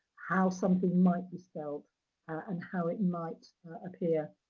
how something might be spelled and how it might appear